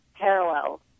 parallel